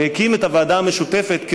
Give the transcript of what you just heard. שהקים את הוועדה המשותפת,